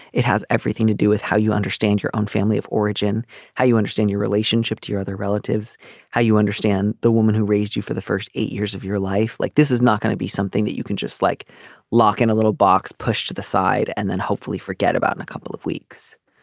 it has everything to do with how you understand your own family of origin how you understand your relationship to your other relatives how you understand the woman who raised you for the first eight years of your life like this is not going to be something that you can just like lock in a little box pushed to the side and then hopefully forget about a couple of weeks.